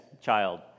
child